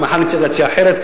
למליאה.